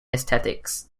aesthetics